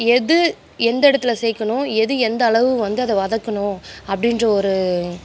எது எந்த இடத்துல சேர்க்கணும் எது எந்த அளவு வந்து அதை வதக்கணும் அப்படின்ற ஒரு